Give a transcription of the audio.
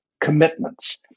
commitments